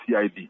CID